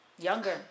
Younger